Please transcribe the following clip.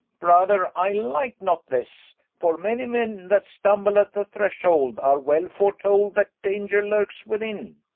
brother, i like not this. for many men that stumble at the threshold, are well fore-told, that danger lurkes within